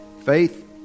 Faith